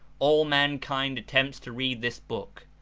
all mankind attempts to read this book,